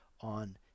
on